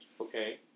okay